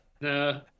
no